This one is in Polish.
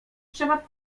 trzeba